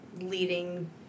leading